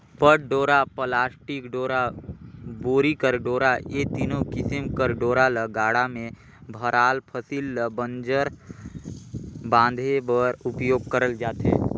पट डोरा, पलास्टिक डोरा, बोरी कर डोरा ए तीनो किसिम कर डोरा ल गाड़ा मे भराल फसिल ल बंजर बांधे बर उपियोग करल जाथे